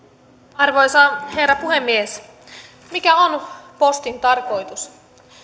arvoisa herra puhemies mikä on postin tarkoitus